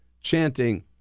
chanting